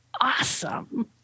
awesome